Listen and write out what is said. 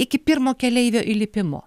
iki pirmo keleivio įlipimo